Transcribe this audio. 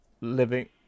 living